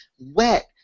wet